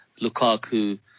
Lukaku